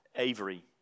Avery